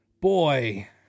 Boy